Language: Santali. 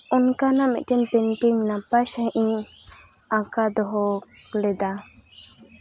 ᱚᱱᱠᱟᱱᱟᱜ ᱢᱤᱫᱴᱮᱱ ᱯᱮᱱᱴᱤᱝ ᱱᱟᱯᱟᱭ ᱥᱟᱺᱦᱤᱡ ᱤᱧ ᱟᱸᱠᱟᱣ ᱫᱚᱦᱚ ᱞᱮᱫᱟ